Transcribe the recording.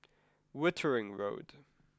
Wittering Road